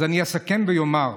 אני אסכם ואומר: